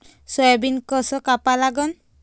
Soybean कस कापा लागन?